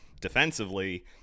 defensively